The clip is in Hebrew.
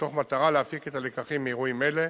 מתוך מטרה להפיק את הלקחים מאירועים אלו